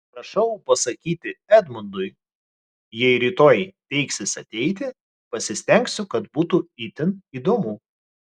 prašau pasakyti edmundui jei rytoj teiksis ateiti pasistengsiu kad būtų itin įdomu